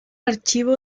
archivo